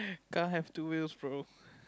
car have two wheels bro